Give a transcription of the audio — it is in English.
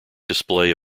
display